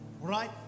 right